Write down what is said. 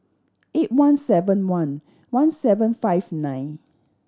eight one seven one one seven five nine